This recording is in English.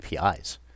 APIs